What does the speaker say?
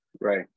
right